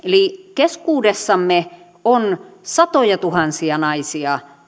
keskuudessamme on satojatuhansia naisia